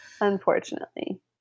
Unfortunately